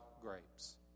grapes